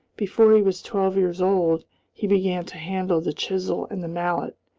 before he was twelve years old he began to handle the chisel and the mallet,